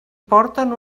porten